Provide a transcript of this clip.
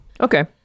Okay